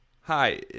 Hi